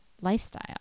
lifestyle